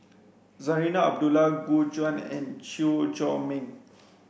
Zarinah Abdullah Gu Juan and Chew Chor Meng